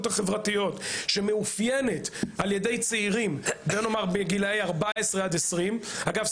החברתיות ומאופיינת על ידי צעירים בגילאי 14-20. אגב,